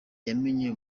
yamenye